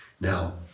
Now